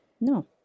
No